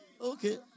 Okay